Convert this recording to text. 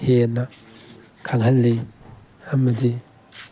ꯍꯦꯟꯅ ꯈꯪꯍꯟꯂꯤ ꯑꯃꯗꯤ